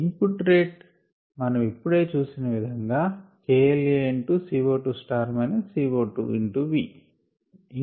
in foot rate మనమిప్పుడే చూసిన విధంగా KLaCO2 CO2V